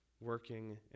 working